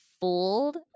fooled